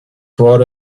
brought